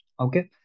Okay